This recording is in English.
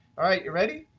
all right, you ready?